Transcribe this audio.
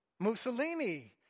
Mussolini